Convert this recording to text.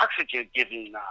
oxygen-giving